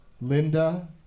Linda